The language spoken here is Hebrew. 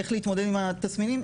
איך להתמודד עם תסמינים.